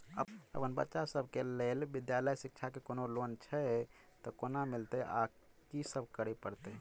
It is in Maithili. अप्पन बच्चा सब केँ लैल विधालय शिक्षा केँ कोनों लोन छैय तऽ कोना मिलतय आ की सब करै पड़तय